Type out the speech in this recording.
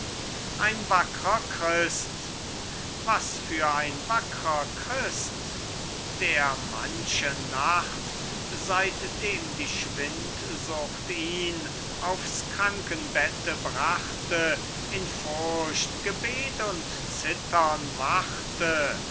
ein wackrer christ was für ein wackrer christ der manche nacht seitdem die schwindsucht ihn aufs krankenbette brachte in furcht gebet und zittern wachte